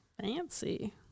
fancy